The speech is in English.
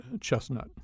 Chestnut